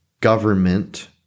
government